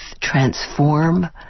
transform